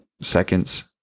seconds